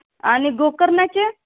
आणि गोकर्णाचे